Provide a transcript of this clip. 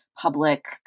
public